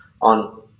on